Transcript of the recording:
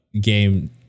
game